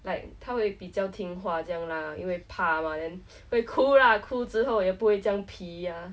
like 他会比较听话这样 lah 因为怕 mah then 会哭 lah 哭之后也不会这样皮 ah